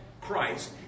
Christ